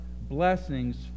blessings